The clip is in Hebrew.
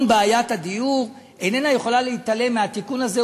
בעיית הדיור איננה יכולה להתעלם מהתיקון הזה,